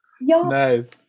Nice